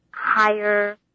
higher